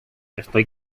estoy